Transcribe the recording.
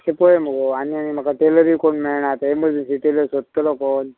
तें पळय मुगो आनी आनी म्हाका टेलरी कोण मेळना आतां एमरजंसी टेलर सोदतलो कोण